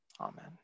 Amen